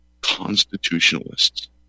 constitutionalists